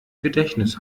gedächtnis